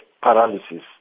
paralysis